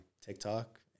TikTok